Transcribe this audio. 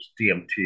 DMT